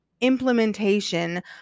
implementation